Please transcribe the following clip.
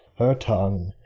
her tongue,